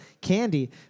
Candy